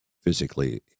physically